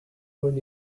would